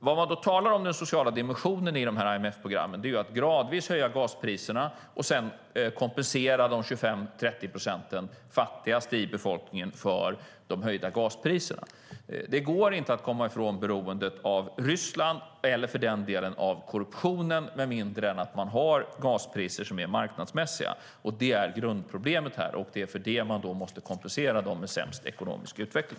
Vad man menar när man talar om den sociala dimensionen i IMF-programmen är att gradvis höja gaspriserna och sedan kompensera de 25-30 procenten fattigaste i befolkningen för de höjda gaspriserna. Det går inte att komma ifrån beroendet av Ryssland eller för delen korruptionen med mindre än att man har gaspriser som är marknadsmässiga. Det är grundproblemet här. För det måste man kompensera dem med sämst ekonomisk utveckling.